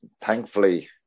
thankfully